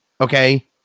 Okay